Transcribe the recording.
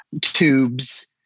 tubes